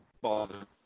bother